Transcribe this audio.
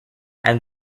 and